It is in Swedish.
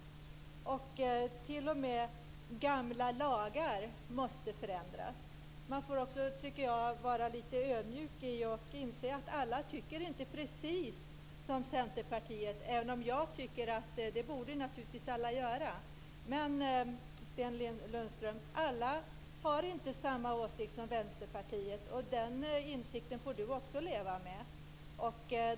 T.o.m. gamla lagar måste förändras. Man får också, tycker jag, vara lite ödmjuk. Jag får inse att alla inte tycker precis som Centerpartiet även om jag tycker att alla naturligtvis borde göra det. Men, Sten Lundström, alla har inte samma åsikt som Vänsterpartiet. Den insikten får du också leva med.